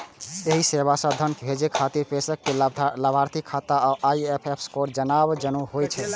एहि सेवा सं धन भेजै खातिर प्रेषक कें लाभार्थीक खाता आ आई.एफ.एस कोड जानब जरूरी होइ छै